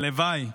והלוואי הלוואי,